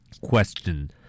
Question